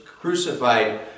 crucified